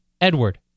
Edward